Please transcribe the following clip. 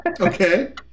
Okay